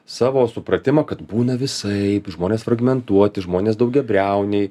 savo supratimą kad būna visaip žmonės fragmentuoti žmonės daugiabriauniai